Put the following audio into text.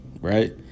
right